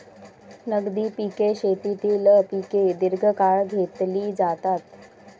नगदी पिके शेतीतील पिके दीर्घकाळ घेतली जातात